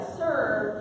serve